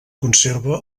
conserva